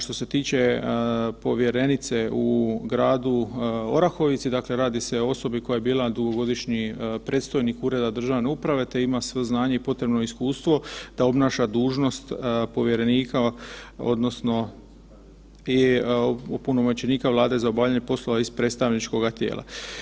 Što se tiče povjerenice u gradu Orahovici, dakle radi se o osobi koja je bila dugogodišnji predstojnik ureda državne uprave te ima sva znanja i potrebno iskustvo da obnaša dužnost povjerenika odnosno opunomoćenika Vlade za obavljanje poslova iz predstavničkoga tijela.